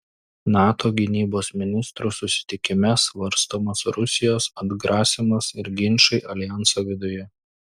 nato gynybos ministrų susitikime svarstomas rusijos atgrasymas ir ginčai aljanso viduje